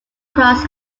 cross